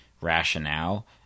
rationale